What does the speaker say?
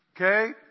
Okay